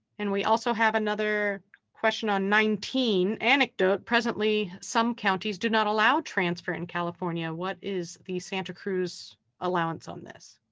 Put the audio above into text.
and we also have another question on nineteen anecdote presently some counties, do not allow transfer in california. what is the santa cruz allowance on this?